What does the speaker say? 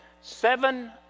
seven